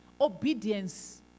obedience